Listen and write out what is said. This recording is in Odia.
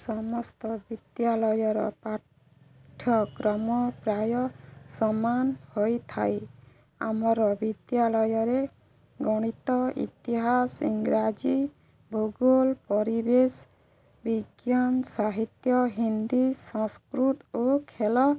ସମସ୍ତ ବିଦ୍ୟାଳୟର ପାଠ୍ୟକ୍ରମ ପ୍ରାୟ ସମାନ ହୋଇଥାଏ ଆମର ବିଦ୍ୟାଳୟରେ ଗଣିତ ଇତିହାସ ଇଂରାଜୀ ଭୂଗୋଳ ପରିବେଶ ବିଜ୍ଞାନ ସାହିତ୍ୟ ହିନ୍ଦୀ ସଂସ୍କୃତ ଓ ଖେଳ